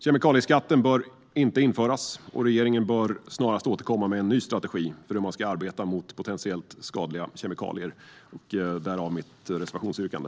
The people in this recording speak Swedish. Kemikalieskatten bör inte införas, och regeringen bör snarast återkomma med en ny strategi för hur man ska arbeta mot potentiellt skadliga kemikalier - därav mitt reservationsyrkande.